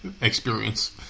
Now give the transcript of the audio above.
experience